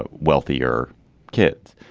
ah wealthier kids.